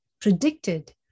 predicted